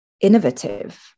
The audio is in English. innovative